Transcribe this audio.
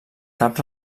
cap